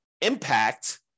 impact